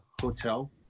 hotel